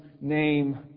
name